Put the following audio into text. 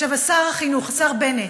שר החינוך, השר בנט,